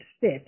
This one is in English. fit